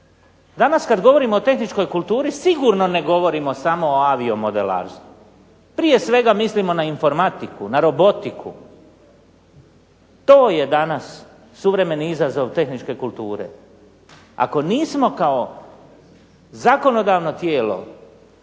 Danas kad govorimo o tehničkoj kulturi sigurno ne govorimo samo o aviomodelarstvu. Prije svega mislimo na informatiku, na robotiku. To je danas suvremeni izazov tehničke kulture. Ako nismo kao zakonodavno tijelo